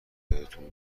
بهتون